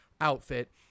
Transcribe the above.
outfit